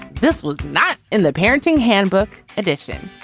this was not in the parenting handbook edition.